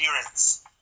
appearance